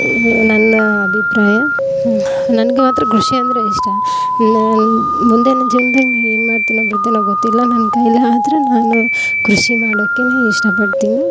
ನನ್ನ ಅಭಿಪ್ರಾಯ ನನಗೆ ಮಾತ್ರ ಕೃಷಿ ಅಂದರೆ ಇಷ್ಟ ನಾನು ಮುಂದೆ ನನ್ನ ಜೀವನ್ದಾಗ ನಾನು ಏನು ಮಾಡ್ತೀನೋ ಬಿಡ್ತೀನೋ ಗೊತ್ತಿಲ್ಲ ನನ್ನ ಕೈಯಲ್ಲಿ ಆದರೆ ನಾನು ಕೃಷಿ ಮಾಡೊಕೇನೆ ಇಷ್ಟಪಡ್ತೀನಿ